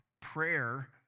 prayer